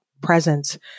presence